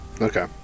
Okay